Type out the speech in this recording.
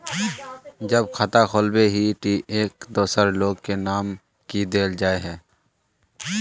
जब खाता खोलबे ही टी एक दोसर लोग के नाम की देल जाए है?